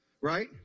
right